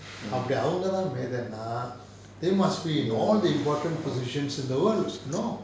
அப்படி அவங்கதான் மேதன்னா:appadi avankathaan methannaa they must be in all the important positions in the world now